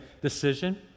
decision